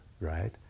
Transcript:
right